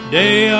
day